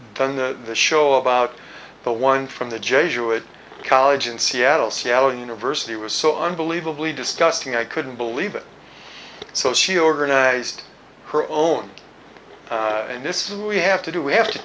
done the show about the one from the jesuit college in seattle seattle university was so unbelievably disgusting i couldn't believe it so she organized her own in this we have to do we have to